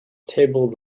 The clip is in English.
tabled